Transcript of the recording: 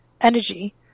energy